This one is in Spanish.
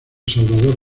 salvador